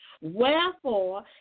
Wherefore